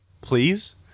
please